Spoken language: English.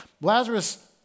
Lazarus